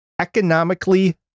economically